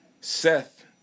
Seth